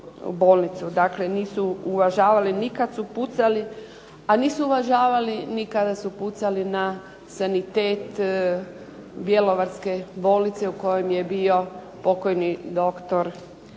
Dakle nisu uvažavali ni kad su pucali, a nisu uvažavali ni kada su pucali na sanitet bjelovarske bolnice u kojem je bio pokojni dr.